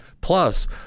Plus